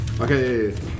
Okay